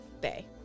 bay